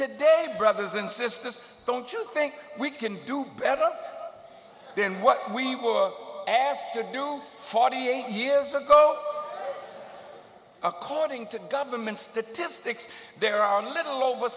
today brothers and sisters don't you think we can do better than what we were asked to do forty eight years ago according to government statistics there are little over